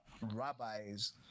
rabbis